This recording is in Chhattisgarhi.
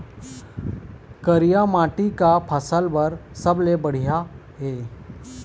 करिया माटी का फसल बर सबले बढ़िया ये?